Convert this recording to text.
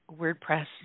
WordPress